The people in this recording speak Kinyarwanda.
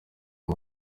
ayo